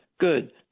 Good